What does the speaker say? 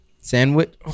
Sandwich